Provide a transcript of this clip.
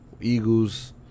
Eagles